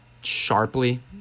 sharply